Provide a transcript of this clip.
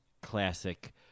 classic